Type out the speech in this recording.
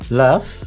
love